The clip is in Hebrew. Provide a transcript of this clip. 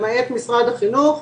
למעט משרד החינוך,